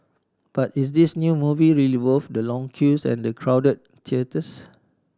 but is this new movie really worth the long queues and the crowded theatres